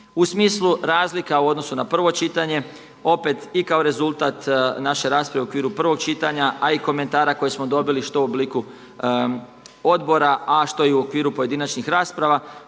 U smislu razlika u odnosu na prvo čitanje, opet i kao rezultat naše rasprave u okviru prvog čitanja, a i komentara koje smo dobili što u obliku odbora, a što i u okviru pojedinačnih rasprava,